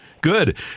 Good